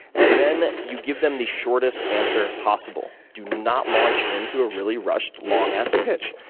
and then you give them the shortest answer possible. do not launch into a really rushed, long ass pitch.